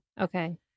okay